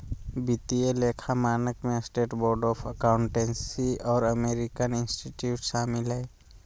वित्तीय लेखा मानक में स्टेट बोर्ड ऑफ अकाउंटेंसी और अमेरिकन इंस्टीट्यूट शामिल हइ